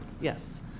Yes